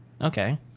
Okay